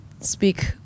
speak